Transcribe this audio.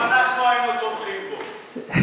גם אנחנו היינו תומכים בו.